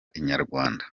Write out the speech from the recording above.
inyarwanda